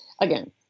Again